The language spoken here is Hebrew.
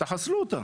תחסלו אותה,